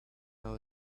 how